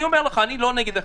אני לא מבין,